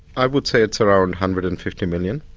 i would say it's around one hundred and fifty million.